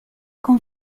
con